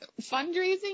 fundraising